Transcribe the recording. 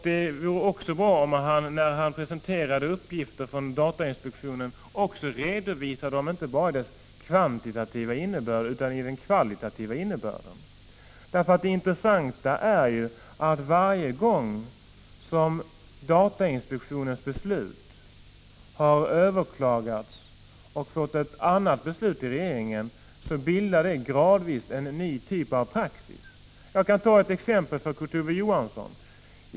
Det vore också bra om Kurt Ove Johansson, när han presenterade uppgifter från datainspektionen, redovisade inte bara deras kvantitativa innebörd utan också den kvalitativa innebörden. Det intressanta är ju att varje gång som datainspektionens beslut överklagas och det blir ett annat beslut i regeringen, så bidrar det till att en ny typ av praxis bildas gradvis. Jag kan ta ett exempel, Kurt Ove Johansson.